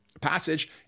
passage